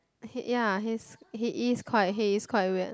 he ya he's he is quite he is quite weird